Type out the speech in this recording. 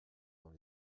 dans